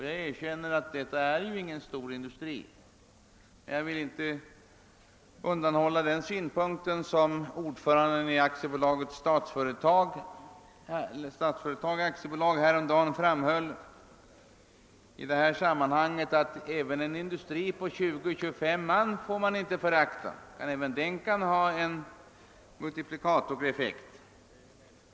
Jag erkänner att det inte är fråga om någon stor industri, men jag vill inte undanhålla den synpunkt som ordföranden i styrelsen för Statsföretag AB härom dagen framhöll, nämligen att inte heller en industri på 20—25 man bör föraktas, ty även den kan ha en multiplikatoreffekt.